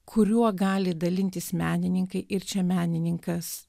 kuriuo gali dalintis menininkai ir čia menininkas